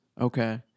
Okay